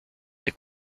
est